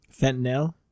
Fentanyl